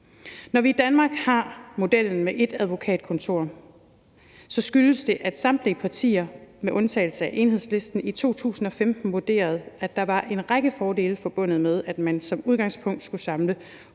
Når vi i Danmark har modellen med ét advokatkontor, skyldes det, at samtlige partier med undtagelse af Enhedslisten i 2015 vurderede, at der var en række fordele forbundet med, at man som udgangspunkt skulle samle